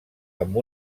amb